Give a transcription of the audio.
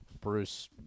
Bruce